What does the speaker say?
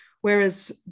Whereas